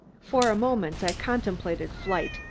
for a moment i contemplated flight,